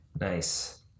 Nice